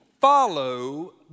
follow